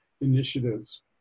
initiatives